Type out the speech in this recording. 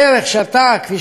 כפי ששמעתי אותך,